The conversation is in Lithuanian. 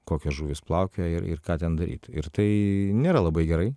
kokios žuvys plaukioja ir ir ką ten daryt ir tai nėra labai gerai